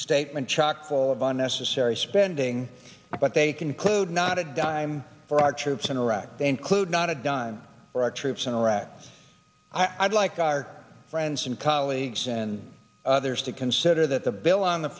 statement chock full of unnecessary spending but they conclude not a dime for our troops in iraq they include not a dime for our troops in iraq i'd like our friends and colleagues and others to consider that the bill on the